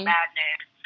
Madness